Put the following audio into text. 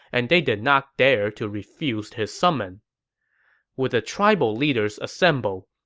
and they did not dare to refuse his summon with the tribal leaders assembled,